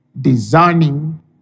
designing